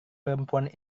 perempuan